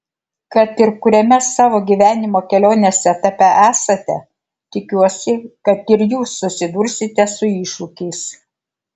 kad ir kuriame savo gyvenimo kelionės etape esate tikiuosi kad ir jūs susidursite su iššūkiais